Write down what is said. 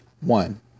one